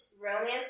Romance